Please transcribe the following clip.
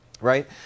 right